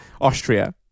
Austria